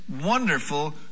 wonderful